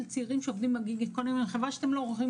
צעירים שעובדים ב- Gig Economy חבל שאתם לא יכולים